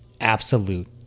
absolute